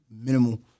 minimal